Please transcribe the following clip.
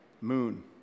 moon